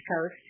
Coast